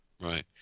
Right